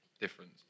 difference